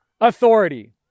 authority